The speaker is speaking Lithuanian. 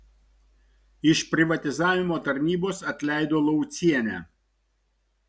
iš privatizavimo tarnybos atleido laucienę